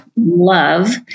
Love